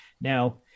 Now